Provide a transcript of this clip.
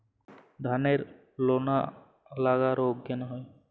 ধানের লোনা লাগা রোগ কেন হয়?